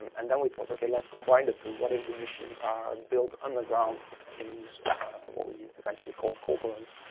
and then we thought okay, let's combine the two. what if the machines are built underground in these what we eventually called cauldrons?